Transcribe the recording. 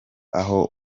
aho